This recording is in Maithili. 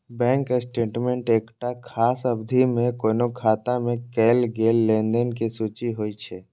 बैंक स्टेटमेंट एकटा खास अवधि मे कोनो खाता मे कैल गेल लेनदेन के सूची होइ छै